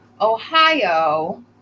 ohio